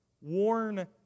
warn